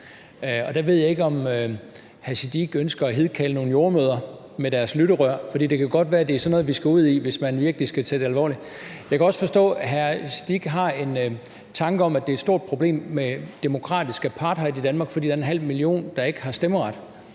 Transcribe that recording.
og der ved jeg ikke, om hr. Sikandar Siddique ønsker at hidkalde nogle jordemødre med deres lytterør. For det kan godt være, at det er sådan noget, vi skal ud i, hvis man virkelig skal tage det alvorligt. Jeg kan også forstå, at hr. Sikandar Siddique har en tanke om, at der er et stort problem med demokratisk apartheid i Danmark, fordi der er en halv million, der ikke har stemmeret.